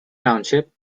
township